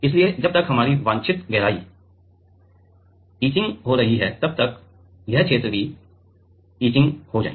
इसलिए जब तक हमारी वांछित गहराई इचिंग हो रही है तब तक यह क्षेत्र भी इचिंग हो जाए